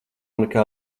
nekā